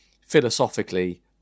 philosophically